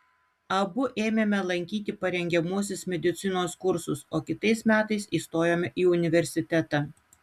abu ėmėme lankyti parengiamuosius medicinos kursus o kitais metais įstojome į universitetą